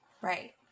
Right